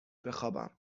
بخوابم